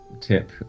tip